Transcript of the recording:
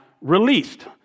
released